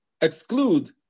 exclude